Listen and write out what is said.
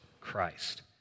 Christ